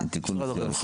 משרד הרווחה.